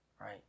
right